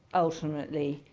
ultimately,